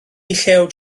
llew